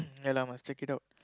ya lah must check it out